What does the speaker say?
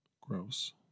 Gross